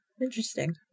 Interesting